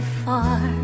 far